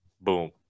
Boom